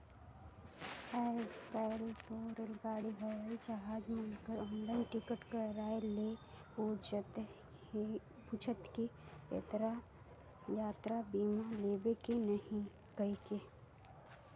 आयज कायल तो रेलगाड़ी हवई जहाज मन कर आनलाईन टिकट करवाये ले पूंछते कि यातरा बीमा लेबे की नही कइरके